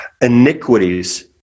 iniquities